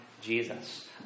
Jesus